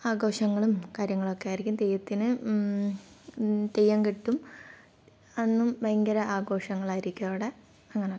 ആഘോഷങ്ങളും കാര്യങ്ങളൊക്കെ ആയിരിക്കും തെയ്യത്തിന് തെയ്യം കെട്ടും അന്നും ഭയങ്കര ആഘോഷങ്ങളായിരിക്കും അവിടെ അങ്ങനെയൊക്കെ